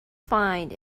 find